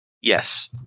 Yes